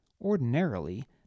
Ordinarily